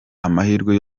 amahirwe